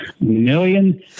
million